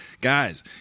guys